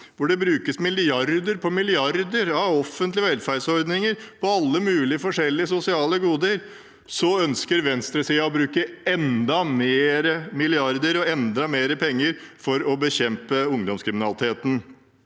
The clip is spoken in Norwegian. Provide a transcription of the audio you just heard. hvor det brukes milliarder på milliarder på offentlige velferdsordninger og alle mulige forskjellige sosiale goder, ønsker venstresiden å bruke enda flere milliarder, enda mer penger, for å bekjempe ungdomskriminaliteten.